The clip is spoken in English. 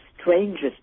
strangest